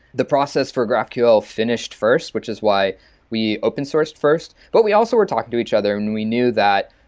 the process for graphql finished first which is why we open-sourced first, but we also we're talking to each other and we knew that,